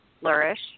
flourish